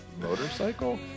motorcycle